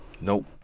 nope